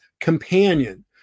companion